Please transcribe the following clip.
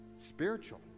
spiritual